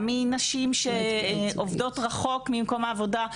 גם מנשים שעובדות רחוק ממקום העבודה.